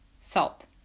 Salt